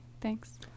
thanks